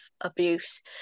abuse